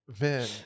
Man-